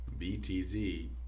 BTZ